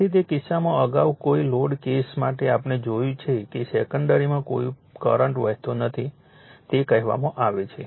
તેથી તે કિસ્સામાં અગાઉ કોઈ લોડ કેસ માટે આપણે જોયું છે કે સેકન્ડરીમાં કોઈ કરંટ વહેતો નથી તે કહેવામાં આવે છે